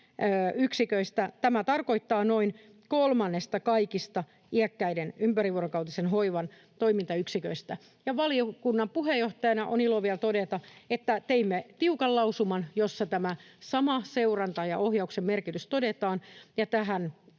Tämä tarkoittaa noin kolmannesta kaikista iäkkäiden ympärivuorokautisen hoivan toimintayksiköistä. Valiokunnan puheenjohtajana on ilo vielä todeta, että teimme tiukan lausuman, jossa tämä sama seurannan ja ohjauksen merkitys todetaan.